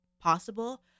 possible